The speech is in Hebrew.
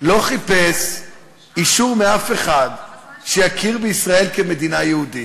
לא חיפש אישור מאף אחד שיכיר בישראל כמדינה יהודית.